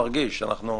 לחוק העיקרי יבוא: "(6)